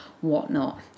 whatnot